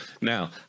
now